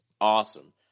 awesome